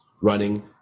running